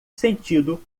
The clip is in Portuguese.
sentido